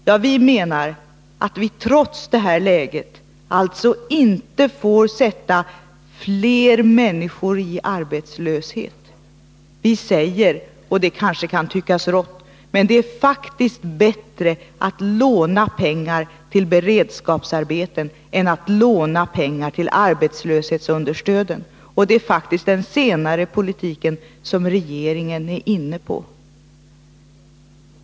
Jo, vi menar att vi trots detta läge inte får försätta fler människor i arbetslöshet. Vi säger — och det kanske kan tyckas rått — att det faktiskt är bättre att låna pengar till beredskapsarbeten än att låna pengar till arbetslöshetsunderstöden. Det är den senare politiken som regeringen är inne på.